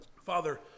Father